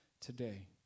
today